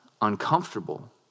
uncomfortable